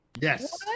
Yes